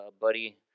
buddy